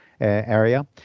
area